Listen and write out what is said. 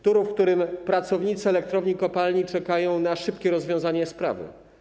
Turów, w którym pracownicy elektrowni kopalni czekają na szybkie rozwiązanie sprawy.